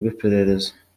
rw’iperereza